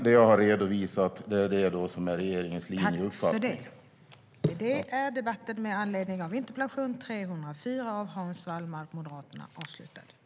Det jag har redovisat är emellertid det som är regeringens linje och uppfattning.